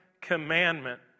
commandment